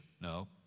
No